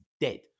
dead